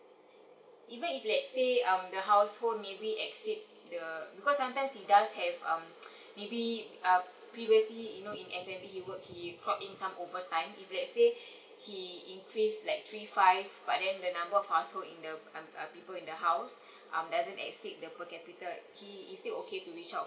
even if let's say um the household maybe exceed the because sometimes he does have um maybe uh previously you know in S_M_E he worked in some over time if let's say he increase like three five but then the number of household in the um um people in the house um doesn't exceed the per capita he is it okay to ask